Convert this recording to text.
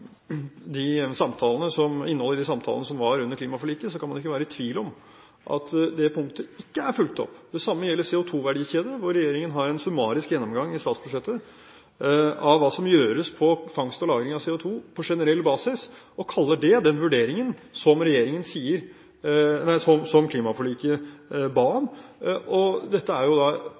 samtalene som var under klimaforliket, at da kan man ikke være i tvil om at det punktet ikke er fulgt opp. Det samme gjelder CO2-verdikjede, hvor regjeringen har en summarisk gjennomgang i statsbudsjettet av hva som gjøres på fangst og lagring av CO2 på generell basis og kaller det den vurderingen som klimaforliket ba om. Dette er åpenbart ikke en oppfølging av det konkrete punktet som sto i klimaforliket.